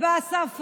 ושבה השר פריג'